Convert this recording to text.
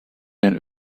den